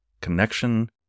connection